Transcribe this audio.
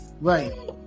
Right